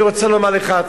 אני רוצה לומר לך,